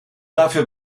dafür